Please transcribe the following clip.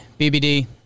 BBD